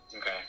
Okay